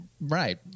right